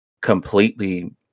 completely